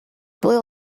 blue